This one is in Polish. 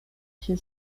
się